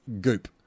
goop